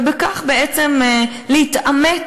ובכך בעצם "להתאמץ",